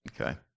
Okay